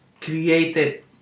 created